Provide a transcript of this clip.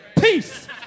Peace